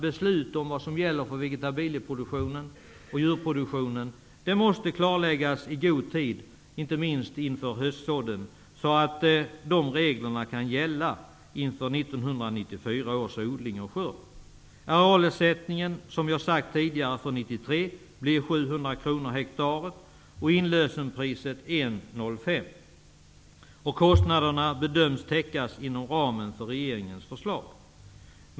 Regler om vad som gäller för vegetabilieproduktionen och djurproduktionen måste klarläggas i god tid, inte minst inför höstsådden, så att dessa kan gälla inför Arealersättningen fr.o.m. 1993 kommer att bli 700 Kostnaderna bedöms täckas inom ramen för regeringens förslag.